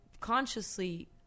consciously